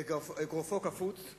אגרופו קפוץ,